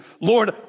Lord